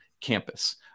campus